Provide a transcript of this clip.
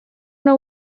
know